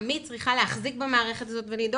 שלטעמי צריכה להחזיק במערכת הזאת ולדאוג